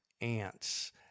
ants